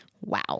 Wow